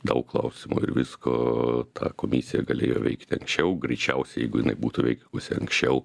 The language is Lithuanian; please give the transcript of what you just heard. daug klausimų ir visko ta komisija galėjo veikti anksčiau greičiausiai jeigu jinai būtų veikusi anksčiau